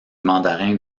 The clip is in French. mandarin